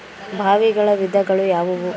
ಬಾವಿಗಳ ವಿಧಗಳು ಯಾವುವು?